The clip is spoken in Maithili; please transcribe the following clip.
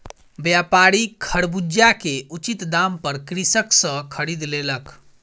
व्यापारी खरबूजा के उचित दाम पर कृषक सॅ खरीद लेलक